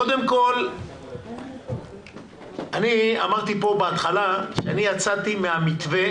קודם כל, אני אמרתי בהתחלה שאני יצאתי מהמתווה